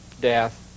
death